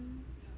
mm